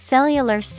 Cellular